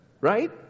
Right